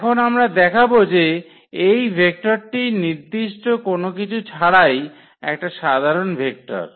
এখন আমরা দেখাবো যে এই ভেক্টরটি নির্দিষ্ট কোন কিছু ছাড়াই একটা সাধারণ ভেক্টর